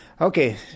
Okay